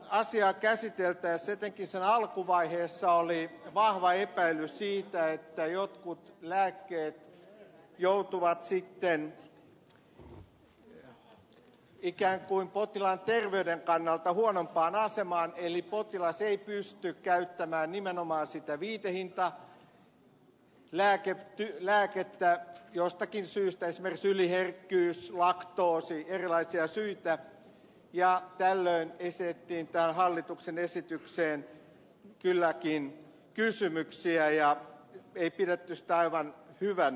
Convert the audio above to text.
asiaa käsiteltäessä etenkin sen alkuvaiheessa oli vahva epäily siitä että jotkut lääkkeet joutuvat sitten ikään kuin potilaan terveyden näkökulmasta huonompaan asemaan eli potilas ei pysty käyttämään nimenomaan sitä viitehintalääkettä jostakin syystä esimerkiksi yliherkkyys laktoosi erilaisia syitä ja tällöin esitettiin tähän hallituksen esitykseen kriittisiä kysymyksiä ja sitä ei pidetty aivan hyvänä